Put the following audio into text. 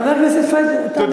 חבר הכנסת פריג', תם הזמן.